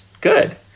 good